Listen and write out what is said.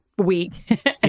Week